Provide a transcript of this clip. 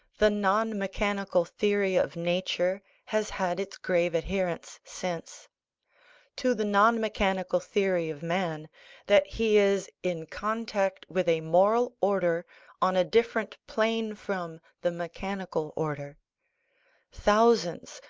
the non-mechanical theory of nature has had its grave adherents since to the non-mechanical theory of man that he is in contact with a moral order on a different plane from the mechanical order thousands,